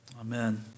Amen